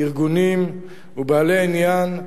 ארגונים ובעלי עניין,